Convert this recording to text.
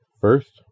First